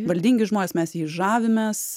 valdingi žmonės mes jais žavimės